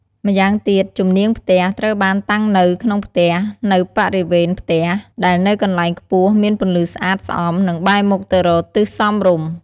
ម្យ៉ាងទៀតជំនាងផ្ទះត្រូវបានតាំងនៅក្នុងផ្ទះនៅបរិវេណផ្ទះដែលនៅកន្លែងខ្ពស់មានពន្លឺស្អាតស្អំនិងបែរមុខទៅរកទិសសមរម្យ។